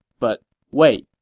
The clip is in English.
but wait,